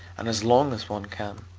and as long as one can.